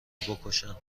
بکشند